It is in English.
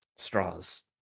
Straws